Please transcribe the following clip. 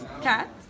Cat